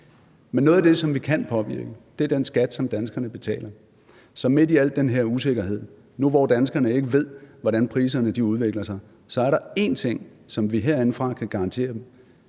noget af det, som vi kan påvirke, er den skat, som danskerne betaler. Så midt i al den her usikkerhed nu, hvor danskerne ikke ved, hvordan priserne udvikler sig, er der én ting, som vi herindefra kan garantere dem,